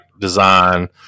design